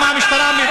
מה קרה שם?